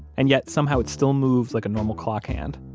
and yet, somehow it still moves like a normal clock hand.